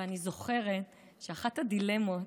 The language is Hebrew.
ואני זוכרת שאחת הדילמות,